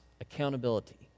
accountability